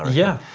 yeah.